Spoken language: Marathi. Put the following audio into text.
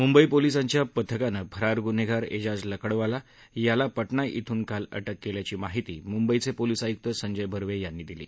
मूंबई पोलिसांच्या पथकानं फरार ग्न्हेगार एजाज लकडवाला याला पटना इथून काल अटक केल्याची माहिती मुंबईचे पोलीस आयुक्त संजय बर्वे यांनी दिली